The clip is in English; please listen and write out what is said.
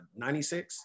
96